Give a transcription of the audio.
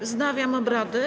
Wznawiam obrady.